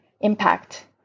impact